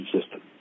system